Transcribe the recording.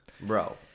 bro